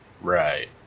right